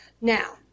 Now